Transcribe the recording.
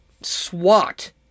SWAT